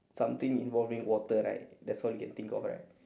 something involving water right that's all you can think of right